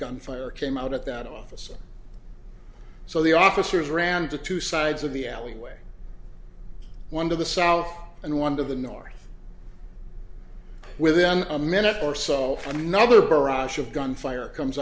gunfire came out at that officer so the officers ran to two sides of the alleyway one to the south and one to the north within a minute or so and another barrage of gunfire comes